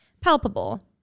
Palpable